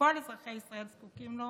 שכל אזרחי ישראל זקוקים לו